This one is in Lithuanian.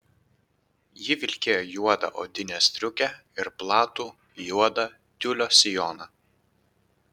ji vilkėjo juodą odinę striukę ir platų juodą tiulio sijoną